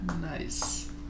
Nice